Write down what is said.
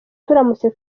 turamutse